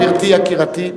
גברתי יקירתי,